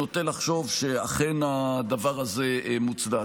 נוטה לחשוב שאכן הדבר הזה מוצדק.